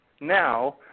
now